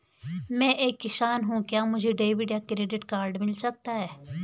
मैं एक किसान हूँ क्या मुझे डेबिट या क्रेडिट कार्ड मिल सकता है?